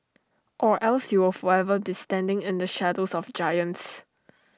or else you will forever be standing in the shadows of giants